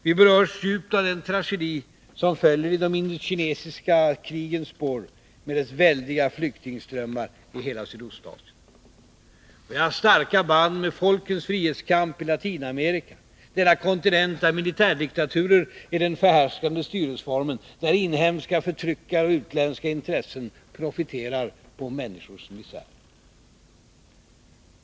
Vi berörs djupt av den tragedi som följer i de indokinesiska krigens spår, med dess väldiga flyktingströmmar i hela Sydostasien. Vi har starka band till folkens frihetskamp i Latinamerika, denna kontinent där militärdiktaturer är den förhärskande styresformen, där inhemska förtryckare och utländska intressen profiterar på människors misär.